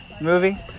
movie